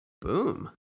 Boom